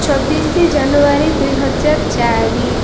ଛବିଶି ଜାନୁଆରୀ ଦୁଇ ହଜାର ଚାରି